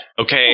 Okay